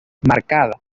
marcada